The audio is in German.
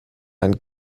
ein